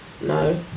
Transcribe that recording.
No